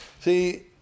See